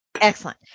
excellent